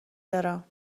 دارم